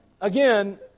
again